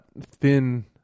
thin